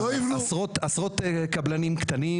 שישתלם להם להוביל כלים.